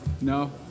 No